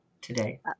today